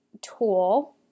tool